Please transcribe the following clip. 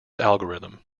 algorithm